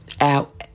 Out